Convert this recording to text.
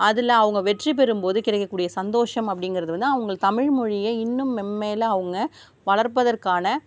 அதில் அவங்க வெற்றி பெறும் போது கிடைக்கக்கூடிய சந்தோஷம் அப்படிங்குறது வந்து அவங்க தமிழ் மொழியை இன்னும் மென்மேலே அவங்க வளர்ப்பதற்கான